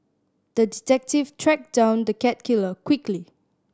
the detective tracked down the cat killer quickly